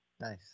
Nice